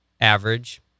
Average